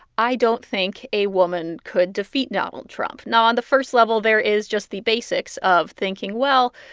i don't think a woman could defeat donald trump. now on the first level, there is just the basics of thinking, well,